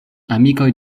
amikoj